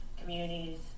communities